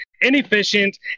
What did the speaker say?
inefficient